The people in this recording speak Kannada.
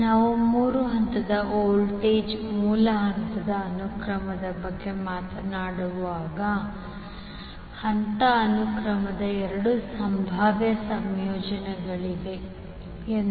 ನಾವು ಮೂರು ಹಂತದ ವೋಲ್ಟೇಜ್ ಮೂಲ ಹಂತದ ಅನುಕ್ರಮದ ಬಗ್ಗೆ ಮಾತನಾಡುವಾಗ ಹಂತ ಅನುಕ್ರಮದ ಎರಡು ಸಂಭಾವ್ಯ ಸಂಯೋಜನೆಗಳಿವೆ phase sequencing